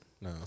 No